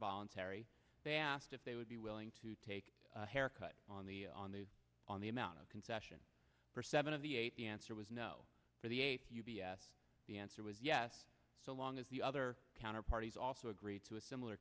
voluntary they asked if they would be willing to take a haircut on the on the on the amount of concession for seven of the eight the answer was no for the eight u b s the answer was yes so long as the other counter parties also agreed to a similar